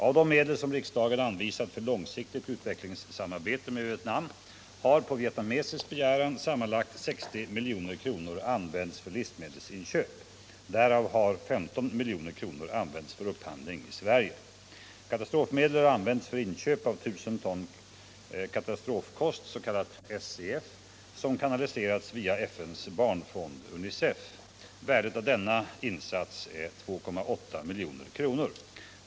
Av de medel som riksdagen anvisat för långsiktigt utvecklingssamarbete med Vietnam har på vietnamesisk begäran sammanlagt 60 milj.kr. använts för livsmedelsinköp. Därav har 15 milj.kr. använts för upphandling i Sverige. Katastrofmedel har använts för inköp av 1 000 ton katastrofkost, s.k. SEF, som kanaliserats via FN:s barnfond, UNICEF. Värdet av denna insats vår 2,8 milj.kr.